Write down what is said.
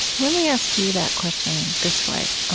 let me ask you that question this way.